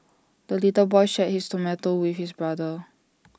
the little boy shared his tomato with his brother